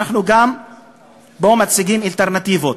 אנחנו גם פה מציגים אלטרנטיבות,